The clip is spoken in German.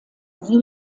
sie